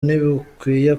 ntibukwiye